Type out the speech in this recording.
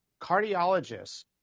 cardiologists